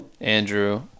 andrew